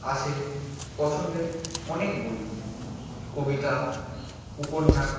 আছে পছন্দের অনেক বই কবিতা উপন্যাস